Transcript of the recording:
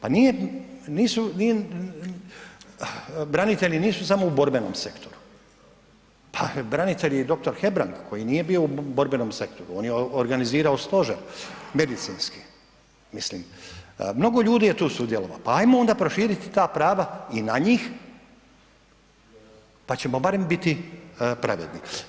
Pa nisu branitelji samo u borbenom sektoru, pa branitelj je i dr. Hebrang koji nije bio u borbenom sektoru, on je organizirao Stožer medicinski, mislim mnogo ljudi je tu sudjelovalo, pa ajmo onda proširiti ta prava i na njih pa ćemo barem biti pravedni.